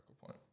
point